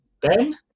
Ben